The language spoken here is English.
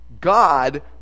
god